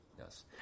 yes